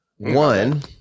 One